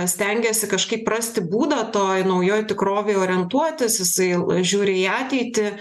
stengiasi kažkaip rasti būdą toj naujoj tikrovėj orientuotis jisai žiūri į ateitį